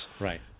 Right